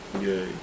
Yay